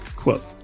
quote